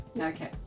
Okay